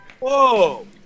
Whoa